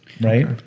Right